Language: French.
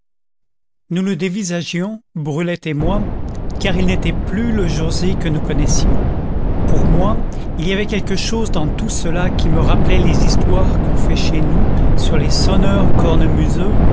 nous le dévisagions brulette et moi car il n'était plus le joset que nous connaissions pour moi il y avait quelque chose dans tout cela qui me rappelait les histoires qu'on fait chez nous sur les